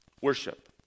worship